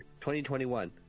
2021